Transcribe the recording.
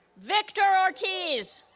victor ortiz